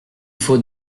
faut